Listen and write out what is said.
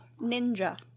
ninja